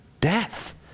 Death